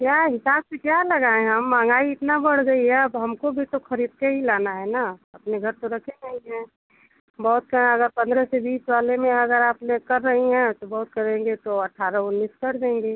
क्या हिसाब से क्या लगाएँ हम महँगाई इतनी बढ़ गई है अब हमको भी तो खरीद के ही लाना है ना अपने घर तो रखे नही हैं बहुत का अगर पन्द्रह से बीस वाले में अगर आप ले कर रही हैं तो बहुत करेंगे तो अठारह उन्नीस कर देंगे